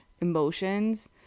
emotions